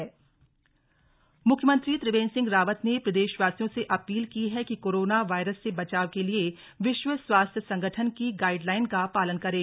appeal मुख्यमंत्री त्रिवेन्द्र सिंह रावत ने प्रदेशवासियों से अपील की है कि कोरोना वायरस से बचाव के लिए विश्व स्वास्थ्य संगठन की गाइड लाइन का पालन करें